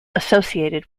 associated